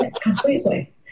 Completely